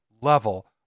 level